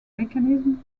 mechanism